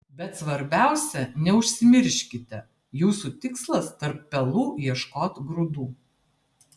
bet svarbiausia neužsimirškite jūsų tikslas tarp pelų ieškot grūdų